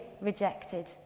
rejected